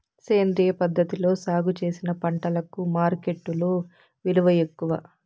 సేంద్రియ పద్ధతిలో సాగు చేసిన పంటలకు మార్కెట్టులో విలువ ఎక్కువ